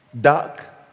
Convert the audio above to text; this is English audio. Dark